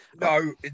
no